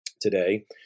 today